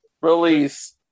Release